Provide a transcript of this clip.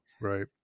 right